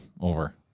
over